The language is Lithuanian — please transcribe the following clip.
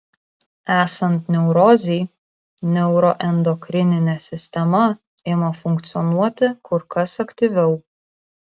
esant neurozei neuroendokrininė sistema ima funkcionuoti kur kas aktyviau